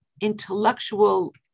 intellectual